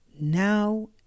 now